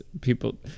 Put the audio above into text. people